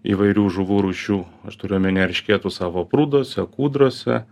įvairių žuvų rūšių aš turiu omeny eršketų savo prūduose kūdrose